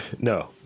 No